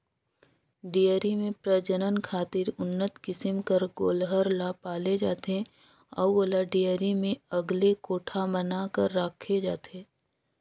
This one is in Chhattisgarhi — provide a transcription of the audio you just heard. डेयरी में प्रजनन खातिर उन्नत किसम कर गोल्लर ल पाले जाथे अउ ओला डेयरी में अलगे कोठा बना कर राखे जाथे